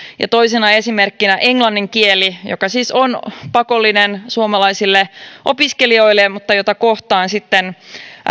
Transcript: ja toisena esimerkkinä englannin kieli joka siis on pakollinen suomalaisille opiskelijoille mutta jota kohtaan sitten